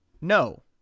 no